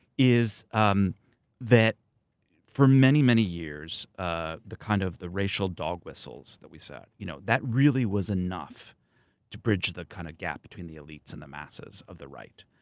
is um that for many, many years ah the kind of, the racial dog whistles that we set, you know that really was enough to bridge the kind of gap between the elites and the masses of the right.